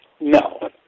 No